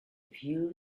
few